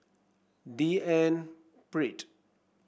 D N Pritt